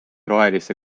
rohelise